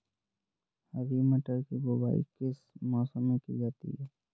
हरी मटर की बुवाई किस मौसम में की जाती है?